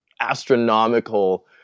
astronomical